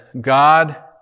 God